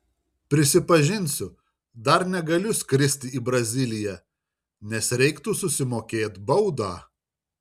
prisipažinsiu dar negaliu skristi į braziliją nes reiktų susimokėt baudą